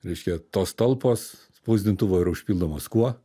reiškia tos talpos spausdintuvo yra užpildomos kuo